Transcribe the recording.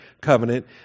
covenant